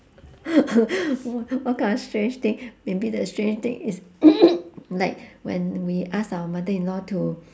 wha~ what kind of strange thing maybe the strange thing is like when we ask our mother in law to